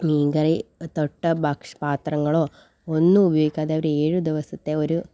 മീൻ കറി തൊട്ട പാത്രങ്ങളോ ഒന്നും ഉപയോഗിക്കാതെ അവർ ഏഴു ദിവസത്തെ ഒരു